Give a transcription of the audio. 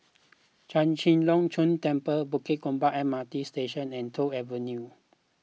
Chek Chai Long Chuen Temple Bukit Gombak M R T Station and Toh Avenue